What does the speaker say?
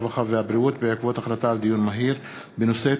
הרווחה והבריאות בעקבות דיון מהיר בהצעת